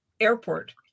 Airport